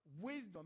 wisdom